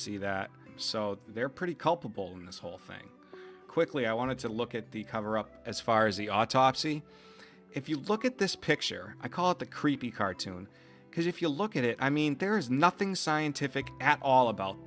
see that so they're pretty culpable in this whole thing quickly i wanted to look at the cover up as far as the autopsy if you look at this picture i call it the creepy cartoon because if you look at it i mean there is nothing scientific at all about